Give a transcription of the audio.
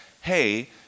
hey